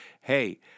hey